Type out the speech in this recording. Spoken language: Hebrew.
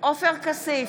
עופר כסיף,